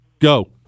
Go